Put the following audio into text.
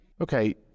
Okay